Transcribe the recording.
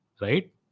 Right